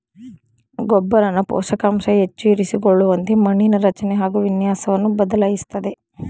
ಗೊಬ್ಬರನ ಪೋಷಕಾಂಶ ಹೆಚ್ಚು ಇರಿಸಿಕೊಳ್ಳುವಂತೆ ಮಣ್ಣಿನ ರಚನೆ ಹಾಗು ವಿನ್ಯಾಸವನ್ನು ಬದಲಾಯಿಸ್ತದೆ